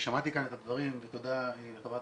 ושמעתי כאן את הדברים ותודה לח"כ